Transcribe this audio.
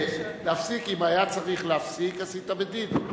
להפסיק, אם היה צריך להפסיק, עשית בדין.